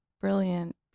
brilliant